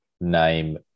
name